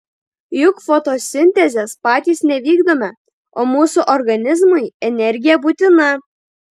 juk fotosintezės patys nevykdome o mūsų organizmui energija būtina